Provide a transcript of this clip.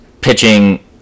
pitching